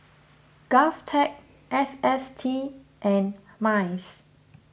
Govtech S S T and Mice